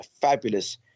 fabulous